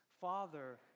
Father